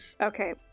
okay